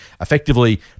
effectively